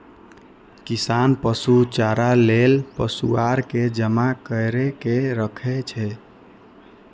किसान पशु चारा लेल पुआर के जमा कैर के राखै छै